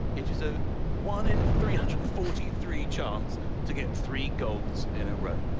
it is a one in three hundred and forty three chance to get three golds in a row.